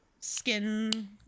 skin